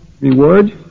reward